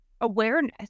awareness